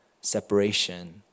separation